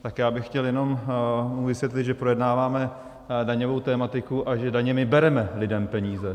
Tak já bych chtěl jenom vysvětlit, že projednáváme daňovou tematiku a že daněmi bereme lidem peníze.